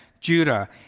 Judah